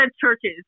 churches